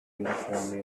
uniformly